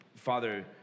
Father